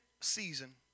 season